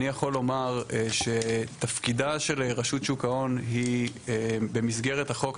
אני יכול לומר שתפקידה של רשות שוק ההון היא במסגרת החוק,